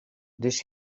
dus